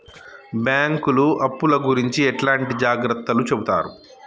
బ్యాంకులు అప్పుల గురించి ఎట్లాంటి జాగ్రత్తలు చెబుతరు?